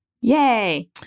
Yay